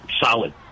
solid